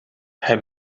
hij